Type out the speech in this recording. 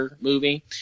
movie